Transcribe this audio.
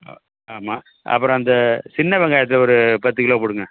ஆமாம் அப்பறம் அந்த சின்ன வெங்காயத்தில் ஒரு பத்து கிலோ போடுங்க